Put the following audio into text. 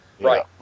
Right